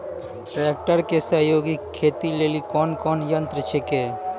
Tractor के सहयोगी खेती लेली कोन कोन यंत्र छेकै?